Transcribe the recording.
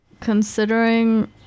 Considering